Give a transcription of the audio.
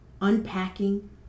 unpacking